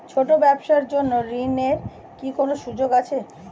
ছোট ব্যবসার জন্য ঋণ এর কি কোন সুযোগ আছে?